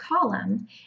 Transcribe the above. column